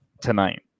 tonight